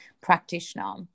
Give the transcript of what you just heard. practitioner